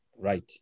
Right